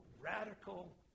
radical